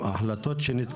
הגדלנו את תימרוצי הדיור,